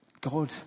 God